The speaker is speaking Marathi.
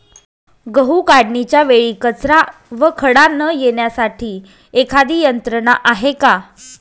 गहू काढणीच्या वेळी कचरा व खडा न येण्यासाठी एखादी यंत्रणा आहे का?